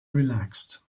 relaxed